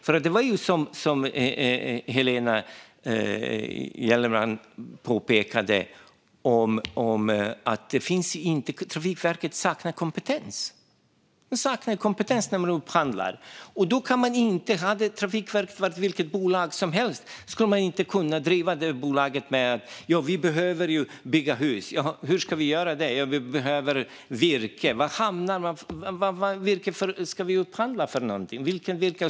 Jo, det är, precis som Helena Gellerman påpekade, för att Trafikverket saknar kompetens. Man saknar kompetens när man upphandlar. Det är precis som med vilket bolag som helst. Om man behöver bygga hus behöver man virke, och vad ska man upphandla för virke då?